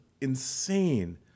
insane